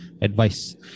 advice